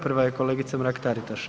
Prva je kolegica Mrak-Taritaš.